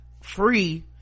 free